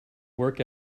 work